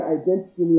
identity